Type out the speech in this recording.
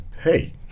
Hey